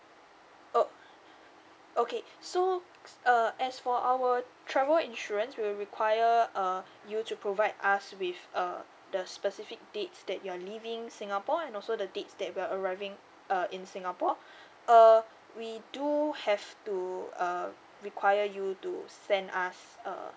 oh okay so uh as for our travel insurance we will require uh you to provide us with uh the specific dates that you are leaving singapore and also the dates that you're arriving uh in singapore uh we do have to uh require you to send us uh